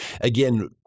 again